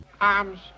Arms